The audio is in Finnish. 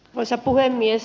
arvoisa puhemies